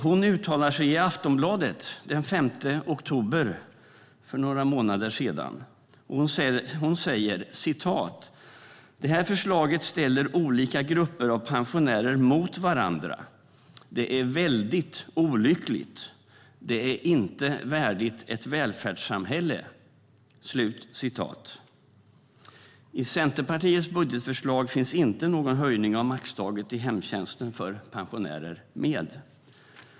Hon uttalade i Aftonbladet den 5 oktober att förslaget "ställer olika grupper av pensionärer mot varandra. Det är väldigt olyckligt." Det "är inte värdigt ett välfärdssamhälle", enligt Christina Tallberg. I Centerpartiets budgetförslag finns det inte med någon höjning av maxtaket i hemtjänsten för pensionärer.